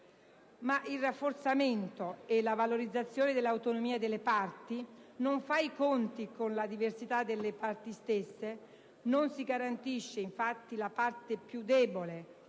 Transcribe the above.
Ma il rafforzamento e la valorizzazione dell'autonomia delle parti non fa i conti con la diversità delle parti stesse; non si garantisce, infatti, la parte più debole,